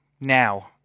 now